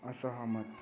असहमत